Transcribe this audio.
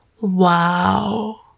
Wow